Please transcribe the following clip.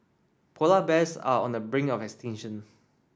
polar bears are on the brink of extinction